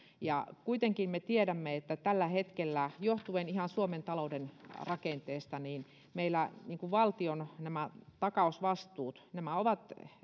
kuitenkin me tiedämme että tällä hetkellä johtuen ihan suomen talouden rakenteesta meillä suomessa valtion takausvastuut ovat